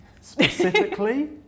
Specifically